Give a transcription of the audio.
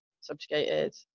subjugated